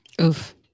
Oof